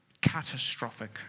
catastrophic